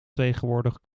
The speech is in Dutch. tegenwoordig